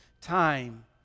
time